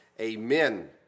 Amen